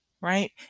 Right